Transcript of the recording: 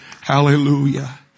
Hallelujah